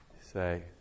Say